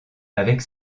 avec